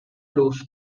luz